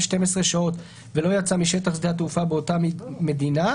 12 שעות ולא יצא משטח שדה התעופה אותה מדינה,